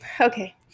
okay